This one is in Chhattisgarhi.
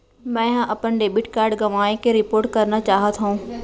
मै हा अपन डेबिट कार्ड गवाएं के रिपोर्ट करना चाहत हव